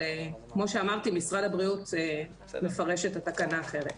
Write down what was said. כמו שאמרתי, משרד הבריאות מפרש את התקנה אחרת.